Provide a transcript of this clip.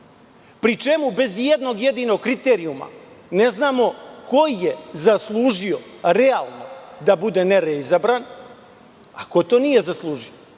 pri čemu bez ijednog jedinog kriterijuma. Ne znamo ko je zaslužio realno da bude nereizabran a ko to nije zaslužio?